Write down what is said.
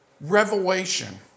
revelation